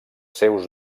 seus